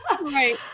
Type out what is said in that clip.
Right